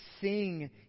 sing